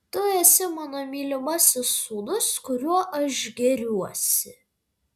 tu esi mano mylimasis sūnus kuriuo aš gėriuosi